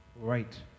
Right